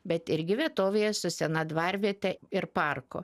bet irgi vietovėje su sena dvarviete ir parku